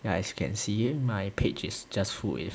ya as you can see my page is just full with